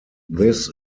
this